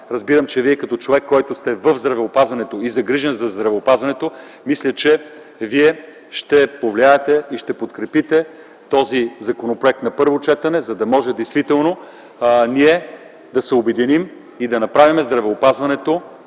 дам и факти. Като човек в здравеопазването и загрижен за здравеопазването, мисля, че Вие ще повлияете и ще подкрепите този законопроект на първо четене, за да може наистина да се обединим и да направим здравеопазването